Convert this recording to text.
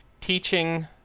teaching